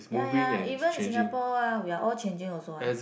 ya ya even in Singapore ah we're all changing also ah